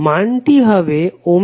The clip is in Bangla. মানটি হবে ωLIm